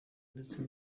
ndetse